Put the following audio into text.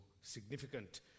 significant